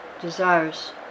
desires